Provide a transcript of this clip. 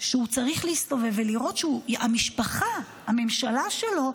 שצריך להסתובב כשהמשפחה, הממשלה שלו,